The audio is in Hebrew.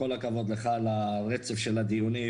כל הכבוד לך על הרצף של הדיונים,